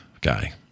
guy